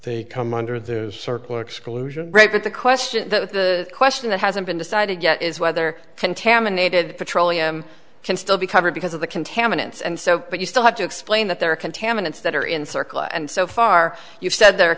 they come under their circle exclusion rate but the question though the question that hasn't been decided yet is whether contaminated petroleum can still be covered because of the contaminants and so but you still have to explain that there are contaminants that are in circle and so far you've said the